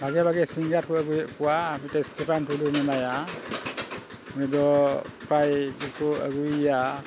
ᱵᱷᱟᱜᱮ ᱵᱷᱟᱜᱮ ᱥᱤᱝᱜᱟᱨ ᱠᱚ ᱟᱹᱜᱩᱭᱮᱫ ᱠᱚᱣᱟ ᱢᱤᱫᱴᱮᱡ ᱥᱴᱤᱯᱷᱟᱱ ᱴᱩᱰᱩ ᱢᱮᱱᱟᱭᱟ ᱩᱱᱤᱫᱚ ᱯᱨᱟᱭ ᱜᱮᱠᱚ ᱟᱹᱜᱩᱭᱮᱭᱟ